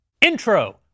Intro